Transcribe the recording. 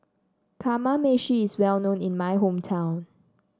Kamameshi is well known in my hometown